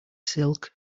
silk